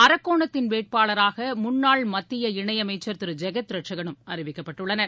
அரக்கோணத்தின் வேட்பாளராக முன்னாள் மத்திய இணையமைச்சர் திரு ஜெகத்ரட்சகனும் அறிவிக்கப்பட்டுள்ளனர்